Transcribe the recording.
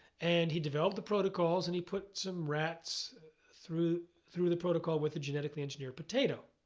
and he developed the protocols and he put some rats through through the protocol with a genetically engineered potato.